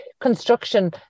construction